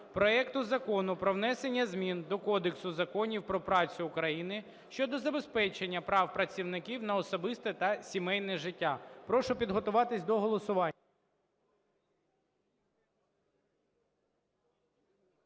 проекту Закону про внесення змін до Кодексу законів про працю України (щодо забезпечення прав працівників на особисте та сімейне життя). Прошу підготуватись до голосування.